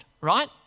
right